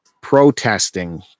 protesting